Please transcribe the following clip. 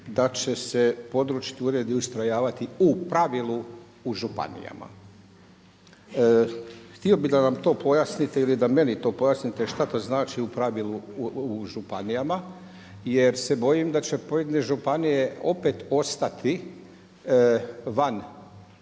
da će se područni uredi ustrojavati u pravilu u županijama. Htio bi da nam to pojasnite ili da meni to pojasnite šta to znači u pravilu u županijama jer se bojim da će pojedine županije opet ostati van